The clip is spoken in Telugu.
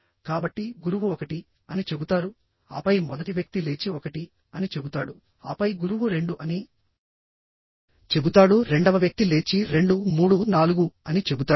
కాబట్టి గురువు ఒకటి అని చెబుతారు ఆపై మొదటి వ్యక్తి లేచి ఒకటి అని చెబుతాడుఆపై గురువు రెండు అని చెబుతాడు రెండవ వ్యక్తి లేచి రెండు మూడు నాలుగు అని చెబుతాడు